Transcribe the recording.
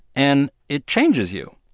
and it changes you.